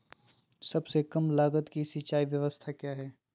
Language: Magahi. सबसे कम लगत की सिंचाई ब्यास्ता क्या है?